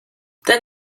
then